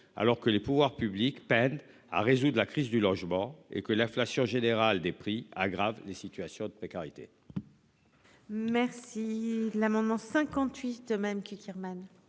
Alors que les pouvoirs publics peinent à résoudre la crise du logement et que l'inflation générale des prix aggrave des situations de précarité.